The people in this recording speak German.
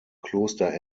kloster